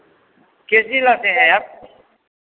किस जिला से हैं आप